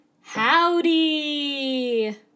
howdy